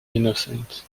innocent